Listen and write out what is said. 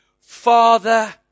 Father